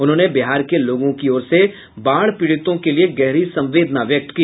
उन्होंने बिहार के लोगों की ओर से बाढ़ पीड़ितों के लिए गहरी संवेदना व्यक्त की